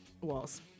walls